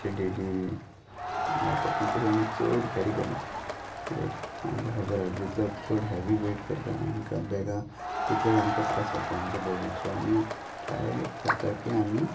तशें डेली घालपाक पूण तशें आमी चड कॅरी करना कित्याक आमकां खबर आसा तितलो चड हॅवी वेट करता आमकां बॅगां तितलेच आमकां त्रास जातले आमच्या बॉडीक सो आमी ट्राय करता की आमी